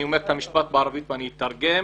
אני אומר את המשפט בערבית ואני אתרגם